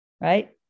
right